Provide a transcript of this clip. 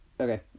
Okay